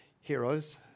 heroes